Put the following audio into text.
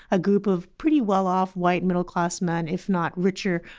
a group of pretty well-off white middle class men, if not richer,